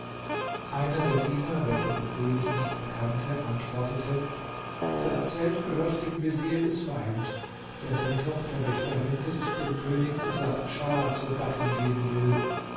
einer der diener welcher den könig nicht erkannte antwortete das zelt gehört dem vezier isfahend der seine tochter welche darin ist dem könig sad schah zur gattin geben will